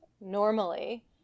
normally